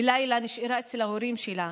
בלילה נשארה אצל ההורים שלה,